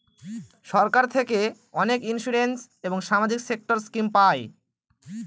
সরকার থেকে অনেক ইন্সুরেন্স এবং সামাজিক সেক্টর স্কিম পায়